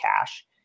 cash